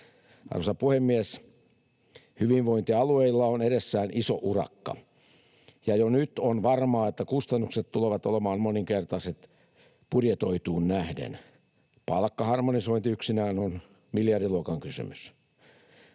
Arvoisa puhemies! Hyvinvointialueilla on edessään iso urakka, ja jo nyt on varmaa, että kustannukset tulevat olemaan moninkertaiset budjetoituun nähden. Palkkaharmonisointi yksinään on miljardiluokan kysymys.